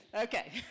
Okay